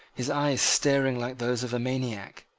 his eyes staring like those of a maniac.